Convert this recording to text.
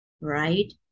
right